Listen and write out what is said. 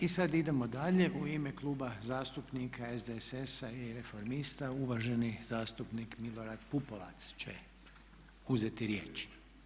I sada idemo dalje, u ime Kluba zastupnika SDSS-a i Reformista uvaženi zastupnik Milorad Pupovac će uzeti riječ.